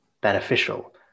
beneficial